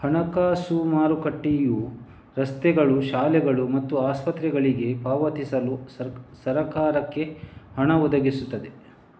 ಹಣಕಾಸು ಮಾರುಕಟ್ಟೆಯು ರಸ್ತೆಗಳು, ಶಾಲೆಗಳು ಮತ್ತು ಆಸ್ಪತ್ರೆಗಳಿಗೆ ಪಾವತಿಸಲು ಸರಕಾರಕ್ಕೆ ಹಣ ಒದಗಿಸ್ತವೆ